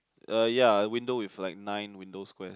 uh ya a window with like nine window squares